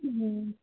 হুম